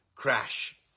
crash